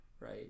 right